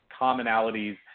commonalities